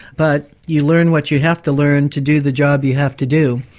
but you learn what you have to learn to do the job you have to do.